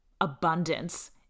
abundance